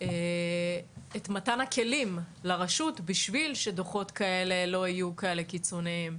את מתן הכלים לרשות בשביל שדוחות כאלה לא יהיו כאלה קיצוניים.